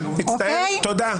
מצטער, תודה.